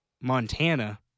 Montana